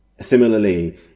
similarly